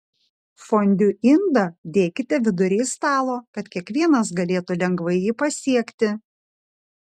fondiu indą dėkite vidury stalo kad kiekvienas galėtų lengvai jį pasiekti